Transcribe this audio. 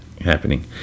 happening